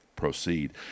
proceed